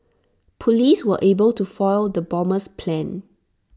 Police were able to foil the bomber's plans